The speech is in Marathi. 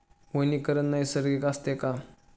वनीकरण नैसर्गिक असते का?